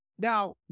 Now